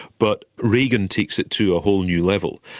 but reagan takes it to a whole new level.